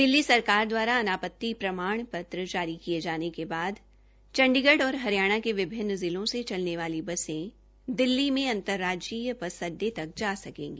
दिल्ली सरकार द्वारा अनापत्ति प्रमाण पत्र जारी किए जाने के बाद चंडीगढ़ तथा हरियाणा के विभिन्न जिलों से चलने वाली बसें दिल्ली में अनतर्राज्यीय बस अड़डे तक जा सकेंगी